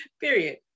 period